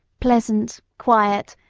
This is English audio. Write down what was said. pleasant, quiet,